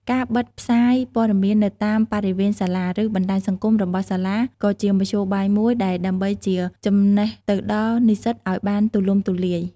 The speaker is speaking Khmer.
ការបិទផ្សាយព័ត៌មាននៅតាមបរិវេណសាលា ឬបណ្តាញសង្គមរបស់សាលាក៏ជាមធ្យោបាយមួយដែរដើម្បីជាចំណេះទៅដល់និស្សិតឱ្យបានទូលំទូលាយ។